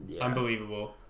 unbelievable